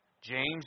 James